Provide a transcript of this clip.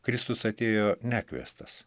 kristus atėjo nekviestas